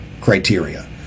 criteria